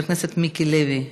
חבר הכנסת מיקי לוי,